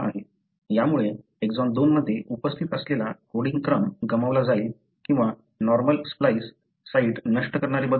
यामुळे एक्सॉन 2 मध्ये उपस्थित असलेला कोडिंग क्रम गमावला जाईल किंवा नॉर्मल स्प्लाईस साइट नष्ट करणारे बदल होऊ शकतात